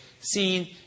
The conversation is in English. seen